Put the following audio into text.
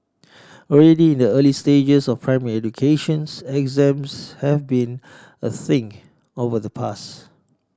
already in the early stages of primary educations exams have been a thing of the past